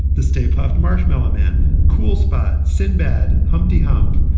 the stay puft marshmallow man cool spot, sinbad, humpty hump,